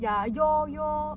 ya your your